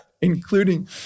including